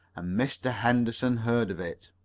and mr. henderson heard of it.